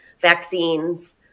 vaccines